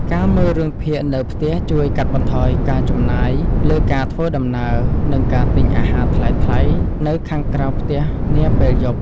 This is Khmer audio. ការមើលរឿងភាគនៅផ្ទះជួយកាត់បន្ថយការចំណាយលើការធ្វើដំណើរនិងការទិញអាហារថ្លៃៗនៅខាងក្រៅផ្ទះនាពេលយប់។